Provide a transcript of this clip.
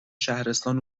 شهرستان